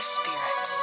spirit